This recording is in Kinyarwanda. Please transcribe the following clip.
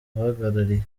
uhagarariye